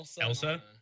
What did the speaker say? Elsa